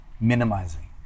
minimizing